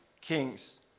kings